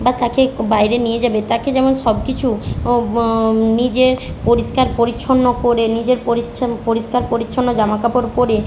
বা তাকে ক্ বাইরে নিয়ে যাবে তাকে যেমন সব কিছু ও নিজের পরিষ্কার পরিচ্ছন্ন করে নিজের পরিচ্ছান পরিষ্কার পরিচ্ছন্ন জামা কাপড় পরে